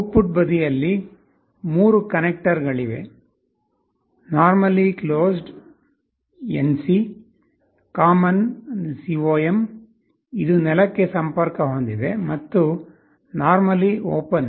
output ಬದಿಯಲ್ಲಿ 3 ಕನೆಕ್ಟರ್ಗಳಿವೆ normally closed common ಇದು ನೆಲಕ್ಕೆ ಸಂಪರ್ಕ ಹೊಂದಿದೆ ಮತ್ತು ನಾರ್ಮಲ್ಲಿ ಓಪನ್